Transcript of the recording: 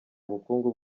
ubukungu